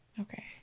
Okay